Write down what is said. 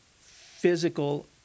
physical